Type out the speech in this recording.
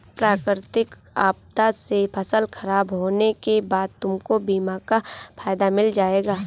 प्राकृतिक आपदा से फसल खराब होने के बाद तुमको बीमा का फायदा मिल जाएगा